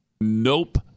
nope